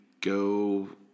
go